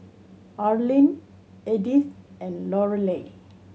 Arline Edythe and Lorelei